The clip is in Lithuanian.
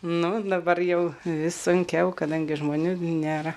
nu dabar jau vis sunkiau kadangi žmonių nėra